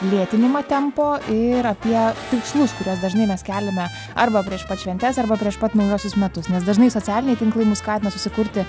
lėtinimą tempo ir apie tikslus kuriuos dažnai mes keliame arba prieš pat šventes arba prieš pat naujuosius metus nes dažnai socialiniai tinklai mus skatina susikurti